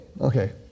okay